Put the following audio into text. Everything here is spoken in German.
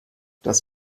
das